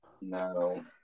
No